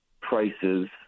prices